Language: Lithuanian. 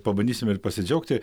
pabandysime ir pasidžiaugti